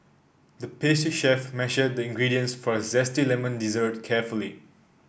the pastry chef measured the ingredients for a zesty lemon dessert carefully